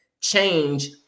change